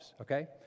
okay